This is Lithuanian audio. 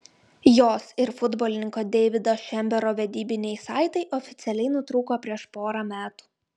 jos ir futbolininko deivido šembero vedybiniai saitai oficialiai nutrūko prieš porą metų